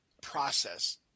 process